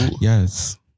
Yes